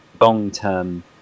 long-term